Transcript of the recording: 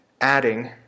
adding